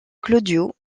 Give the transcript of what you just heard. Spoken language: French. claudio